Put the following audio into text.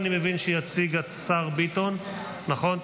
החוק הזו, אני מבין, יציג השר ביטון, נכון?